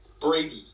Brady